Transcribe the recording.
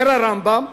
אומר הרמב"ם